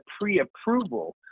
pre-approval